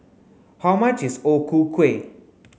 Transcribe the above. how much is O Ku Kueh